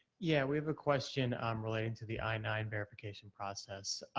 yeah, we have a question um relating to the i nine verification process.